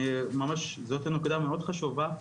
זאת נקודה מאוד חשובה,